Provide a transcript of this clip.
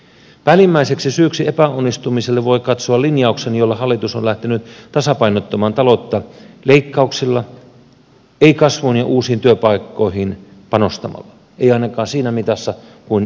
päällimmäiseksi syyksi epäonnistumiselle voi katsoa linjauksen jolla hallitus on lähtenyt tasapainottamaan taloutta leikkauksilla ei kasvuun ja uusiin työpaikkoihin panostamalla ei ainakaan siinä mitassa kuin tulisi tehdä